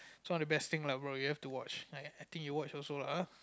is one of the best thing lah bro you have to watch I think you watch also lah [huh]